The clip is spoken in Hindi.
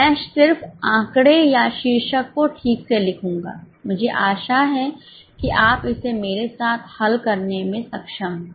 मैं सिर्फ आंकड़े या शीर्षक को ठीक से लिखूंगा मुझे आशा है कि आप इसे मेरे साथ हल करने में सक्षम हैं